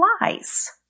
lies